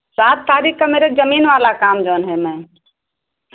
सात तारीख का मेरे ज़मीन वाला काम जौन है मैम